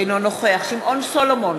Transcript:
אינו נוכח שמעון סולומון,